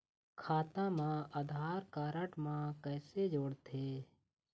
खाता मा आधार कारड मा कैसे जोड़थे?